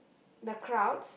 the crowds